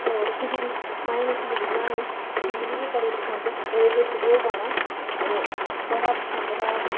और खिचड़ी माहें दी खिचड़ी बनानी खिचड़ी बी बड़ी पसंद ओह्दे च देसी घ्यो पाना आ ते बड़ा पसंद हा